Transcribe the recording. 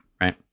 Right